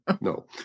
no